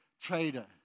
trader